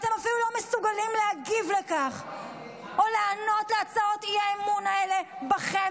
אתם אפילו לא מסוגלים להגיב לכך או לענות להצעות האי-אמון האלה בכם,